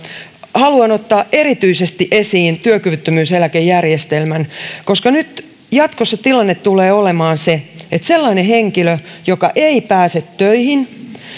haluan ottaa erityisesti esiin työkyvyttömyyseläkejärjestelmän koska nyt jatkossa tilanne tulee olemaan se että jos sellainen henkilö joka ei pääse töihin